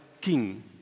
king